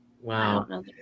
Wow